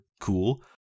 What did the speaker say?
Cool